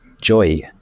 joy